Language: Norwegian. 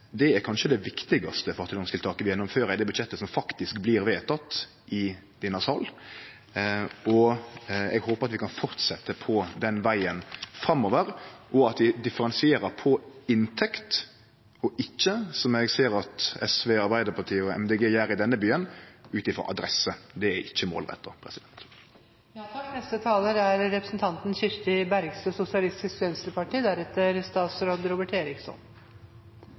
Det er kanskje det viktigaste fattigdomstiltaket vi gjennomfører i det budsjettet som faktisk blir vedteke i denne salen, og eg håper at vi kan fortsetje på den vegen framover, og at vi differensierer ut frå inntekt og ikkje – som eg ser at SV, Arbeidarpartiet og Miljøpartiet Dei Grøne gjer i denne byen – ut frå adresse. Det er ikkje